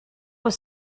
was